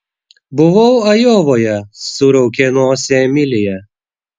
buvau ajovoje suraukė nosį emilija